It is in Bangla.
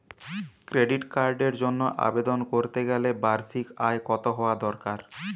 ক্রেডিট কার্ডের জন্য আবেদন করতে গেলে বার্ষিক আয় কত হওয়া দরকার?